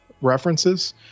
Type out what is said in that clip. references